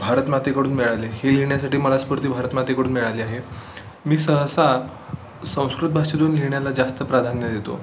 भारतमातेकडून मिळाले हे लिहिण्यासाठी मला स्फूर्ती भारतमातेकडून मिळाली आहे मी सहसा संस्कृत भाषेतून लिहिण्याला जास्त प्राधान्य देतो